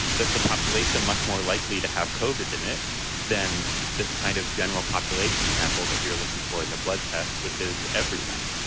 that's a population much more likely to have covered in it than this kind of general population sample that you're looking for in the blood tests, which is everyone.